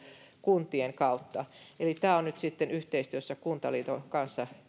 kuntien kautta tämä on nyt sitten yhteistyössä kuntaliiton kanssa